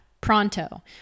pronto